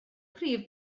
prif